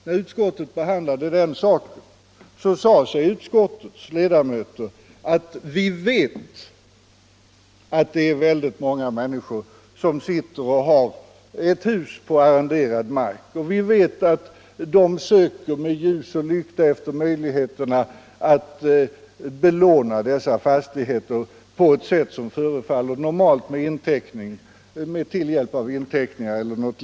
När utskottet behandlade den motionen sade ledamöterna: Vi vet att väldigt många människor har ett hus på arrenderad mark och att de med ljus och lykta söker efter möjligheter att belåna fastigheterna på normalt sätt med hjälp av inteckningar eller liknande.